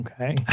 Okay